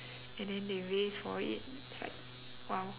and then they race for it it's like !wow!